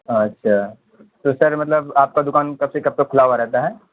اچھا اچھا تو سر مطلب آپ کا دوکان کب سے کب تک کھلا ہوا رہتا ہے